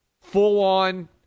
full-on